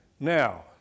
Now